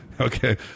Okay